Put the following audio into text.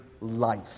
life